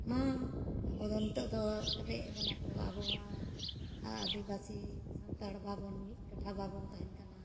ᱢᱟ ᱟᱵᱚᱫᱚ ᱱᱤᱛᱳᱜ ᱫᱚ ᱨᱮᱡᱮᱫ ᱵᱚᱱᱟ ᱠᱚ ᱟᱵᱚᱢᱟ ᱟᱹᱫᱤᱵᱟᱹᱥᱤ ᱥᱟᱱᱛᱟᱲ ᱵᱟᱵᱚᱱ ᱢᱤᱫ ᱠᱟᱴᱷᱟ ᱵᱟᱵᱚᱱ ᱛᱟᱦᱮᱱ ᱠᱟᱱᱟ